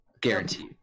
guarantee